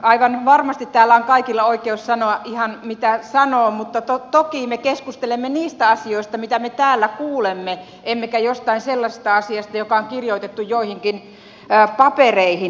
aivan varmasti täällä on kaikilla oikeus sanoa ihan mitä sanoo mutta toki me keskustelemme niistä asioista mitä me täällä kuulemme emmekä jostain sellaisesta asiasta joka on kirjoitettu joihinkin papereihin